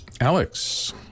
alex